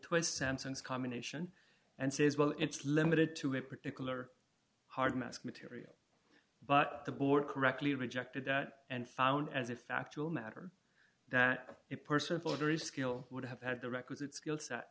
was sampson's combination and says well it's limited to a particular hard mass material but the board correctly rejected that and found as a factual matter that a person for very skill would have had the requisite skill